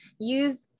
use